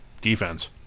defense